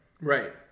Right